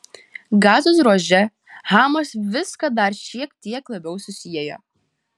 gazos ruože hamas viską dar šiek tiek labiau susiejo